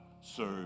serve